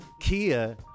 kia